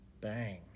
bang